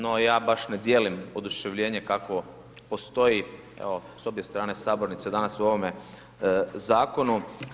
No, ja baš ne dijelim oduševljenje kako postoji evo s obje strane sabornice danas u ovome zakonu.